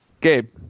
Gabe